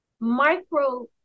micro